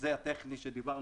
הוא הסעיף הטכני עליו דיברנו.